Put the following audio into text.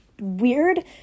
weird